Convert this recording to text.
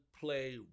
Play